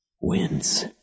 wins